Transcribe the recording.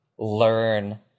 learn